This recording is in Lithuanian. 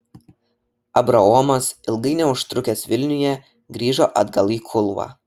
abraomas ilgai neužtrukęs vilniuje grįžo atgal į kulvą